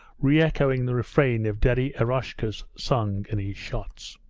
re-echoing the refrain of daddy eroshka's song and his shots.